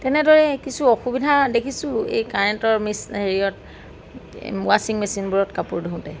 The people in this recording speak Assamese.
তেনেদৰে কিছু অসুবিধা দেখিছোঁ এই কাৰেণ্টৰ হেৰিয়ত ৱাচিং মেচিনবোৰত কাপোৰ ধোওঁতে